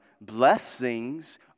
Blessings